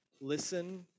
Listen